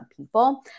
people